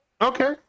Okay